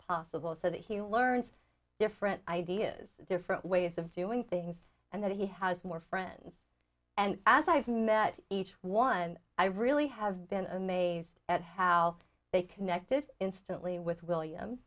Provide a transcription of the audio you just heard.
possible so that he learns different ideas different ways of doing things and that he has more friends and as i have met each one i really have been amazed at how they connected instantly with william